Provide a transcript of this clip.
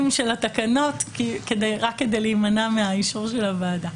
של התקנות רק כדי להימנע מאישור הוועדה.